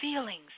feelings